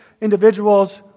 individuals